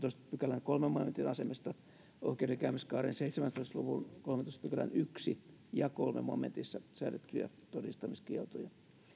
pykälän kolmannen momentin asemesta oikeudenkäymiskaaren seitsemäntoista luvun kolmannentoista pykälän yksi ja kolme momentissa säädettyjä todistamiskieltoja